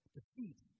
Defeat